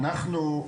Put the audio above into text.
אנחנו,